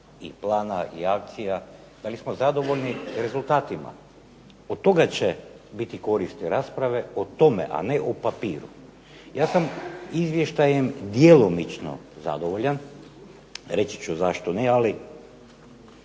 i plana i akcija, da li smo zadovoljni rezultatima. Od toga će biti korisne rasprave, o tome, a ne o papiru. Ja sam izvještajem djelomično zadovoljan, reći ću zašto ne, ali